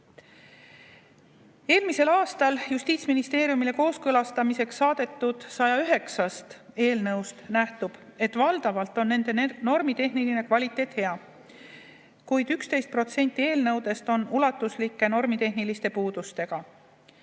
Eelmisel aastal Justiitsministeeriumile kooskõlastamiseks saadetud 109 eelnõust nähtub, et valdavalt on nende normitehniline kvaliteet hea, kuid 11% eelnõudest on ulatuslike normitehniliste puudustega.